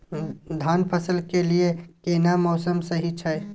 धान फसल के लिये केना मौसम सही छै?